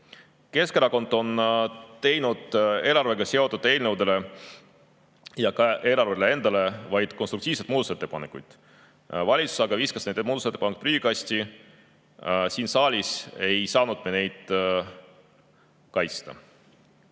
Keskerakond on teinud eelarvega seotud eelnõude ja ka eelarve enda kohta vaid konstruktiivseid muudatusettepanekuid, valitsus aga viskas need muudatusettepanekud prügikasti. Siin saalis ei saanud me neid kaitsta. Oma